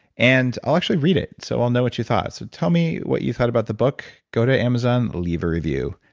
and i'll actually read it, so i'll know what you thought. so tell me what you thought about the book. go to amazon leave a review.